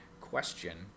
question